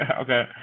Okay